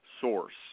source